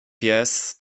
pies